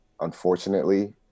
unfortunately